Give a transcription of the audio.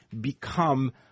become